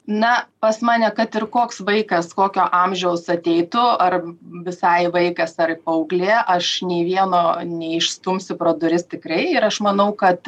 na pas mane kad ir koks vaikas kokio amžiaus ateitų ar visai vaikas ar paauglė aš nei vieno neišstumsiu pro duris tikrai ir aš manau kad